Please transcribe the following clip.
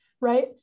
right